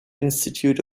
institute